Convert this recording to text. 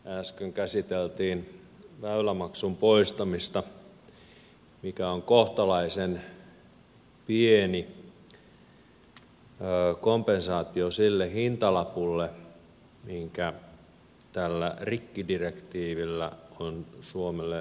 äsken käsiteltiin väylämaksun poistamista mikä on kohtalaisen pieni kompensaatio sille hintalapulle mikä tällä rikkidirektiivillä on suomelle aiheutettu